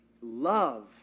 Love